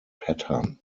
pattern